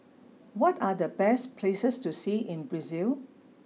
what are the best places to see in Brazil